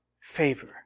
favor